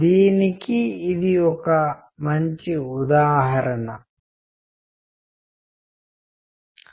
కాబట్టి అతను ఈ భాషను డీకోడ్ చేయలేకపోవచ్చు